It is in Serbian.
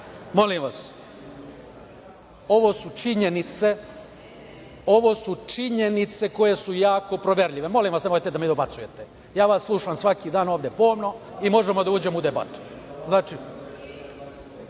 vas, ovo su činjenice koje su jako proverljive. Molim vas, nemojte da mi dobacujete. Ja vas slušam svaki dan ovde pomno i možemo da uđemo u debatu.